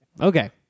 Okay